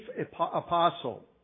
apostle